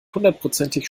hundertprozentig